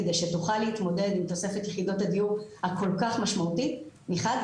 כדי שתוכל להתמודד עם תוספת יחידות הדיור הכל כך משמעותי מחד.